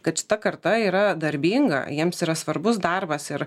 kad šita karta yra darbinga jiems yra svarbus darbas ir